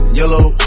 yellow